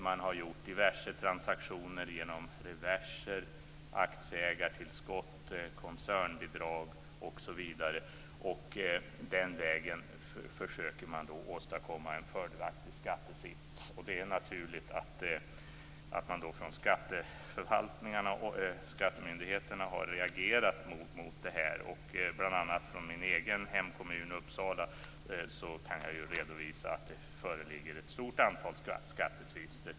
Man har gjort diverse transaktioner med reverser, aktieägartillskott, koncernbidrag osv. Den vägen försöker man då åstadkomma en fördelaktig skattesits. Det är naturligt att man från skattemyndigheterna har reagerat mot detta. Från bl.a. min egen hemkommun, Uppsala, kan jag redovisa att det föreligger ett stort antal skattetvister.